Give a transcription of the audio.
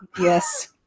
Yes